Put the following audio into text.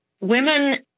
Women